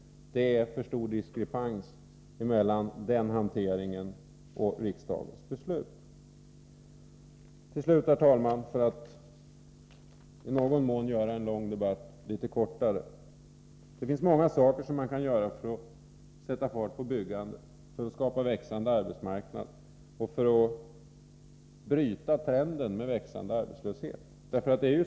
Det är för stor diskrepans mellan den hanteringen och riksdagens beslut. Herr talman! För att i någon mån göra en lång debatt kortare: Det finns många saker som man kan göra för att sätta fart på byggandet, för att skapa växande arbetsmarknad och för att bryta trenden med ökande arbetslöshet.